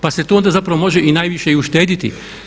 Pa se tu onda zapravo može i najviše i uštediti.